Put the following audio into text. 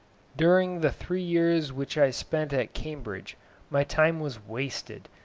during the three years which i spent at cambridge my time was wasted,